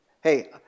Hey